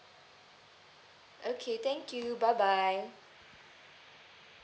okay thank you bye bye